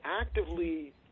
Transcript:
actively